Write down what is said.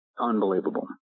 unbelievable